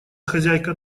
хозяйка